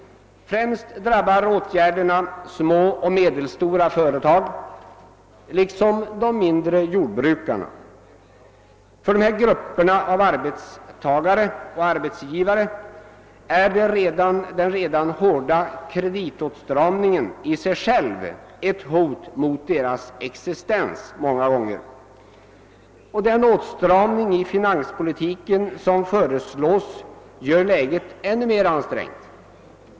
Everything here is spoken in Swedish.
Främst drabbar åtgärderna små och medelstora företag liksom de mindre jordbruken. För dessa grupper av arbetsgivare är den redan hårda kreditåtstramningen många gånger ett hot mot deras existens, och den åtstramning i finanspolitiken som föreslås gör läget ännu mer ansträngt.